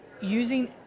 using